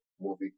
movie